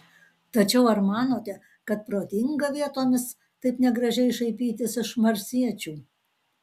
tačiau ar manote kad protinga vietomis taip negražiai šaipytis iš marsiečių